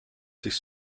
sich